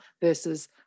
versus